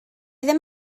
ddim